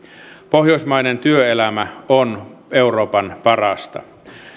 pohjoismainen työelämä on euroopan parasta